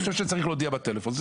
אני חושב שצריך להודיע בטלפון.